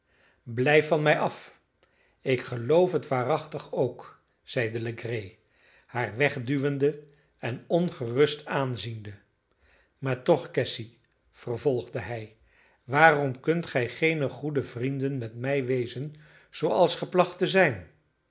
blijf van mij af ik geloof het waarachtig ook zeide legree haar wegduwende en ongerust aanziende maar toch cassy vervolgde hij waarom kunt gij geene goede vrienden met mij wezen zooals ge placht te zijn